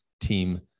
team